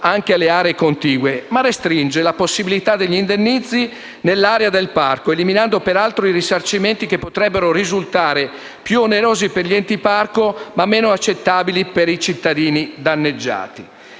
anche alle aree contigue, ma restringe la possibilità degli indennizzi nell'area del parco, eliminando peraltro i risarcimenti che potrebbero risultare più onerosi per gli enti parco, ma meno accettabili per i cittadini danneggiati.